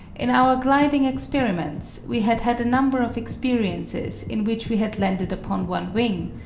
in our gliding experiments we had had a number of experiences in which we had landed upon one wing,